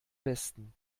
besten